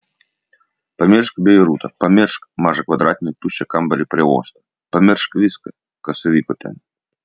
pamiršk beirutą pamiršk mažą kvadratinį tuščią kambarį prie uosto pamiršk viską kas įvyko ten